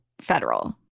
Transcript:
federal